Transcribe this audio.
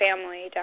family